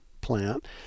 plant